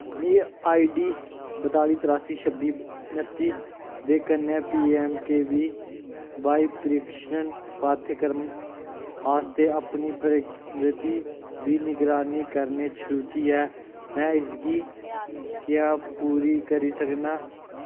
मिगी आईडी बताली त्रियासी छब्बी उन्नती दे कन्नै पीऐम्मकेवीवाई प्रशिक्षण पाठ्यक्रम आस्तै अपनी प्रगति दी निगरानी करने च रुचि ऐ में इसगी क्या पूरा करी सकनां